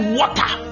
water